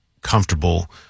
comfortable